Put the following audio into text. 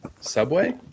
Subway